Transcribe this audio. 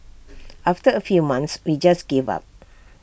after A few months we just gave up